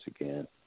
again